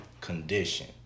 condition